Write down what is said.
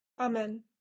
Amen